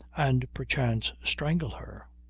and perchance strangle her,